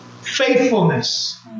Faithfulness